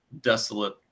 desolate